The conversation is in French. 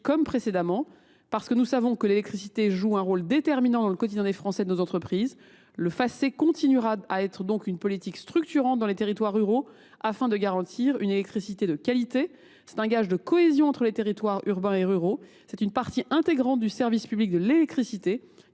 comme précédemment. Parce que nous savons que l’électricité joue un rôle déterminant dans le quotidien des Français et de nos entreprises, le Facé continuera à être une politique structurante dans les territoires ruraux afin de leur garantir une électricité de qualité. C’est un gage de cohésion entre les territoires urbains et ruraux. Ce compte fait partie intégrante du service public de l’électricité